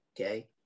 Okay